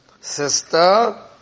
sister